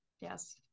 Yes